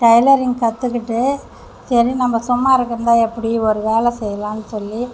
tailoring கற்றுக்கிட்டு சரி நம்ம சும்மா இருந்தால் எப்படி ஒரு வேலை செய்யலாம்னு சொல்லி